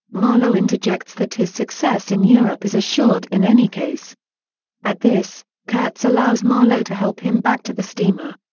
marlow interjects that his success in europe is assured in any case at this, kurtz allows marlow to help him back to the steamer.